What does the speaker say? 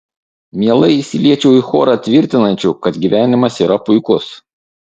mielai įsiliečiau į chorą tvirtinančių kad gyvenimas yra puikus